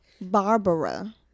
Barbara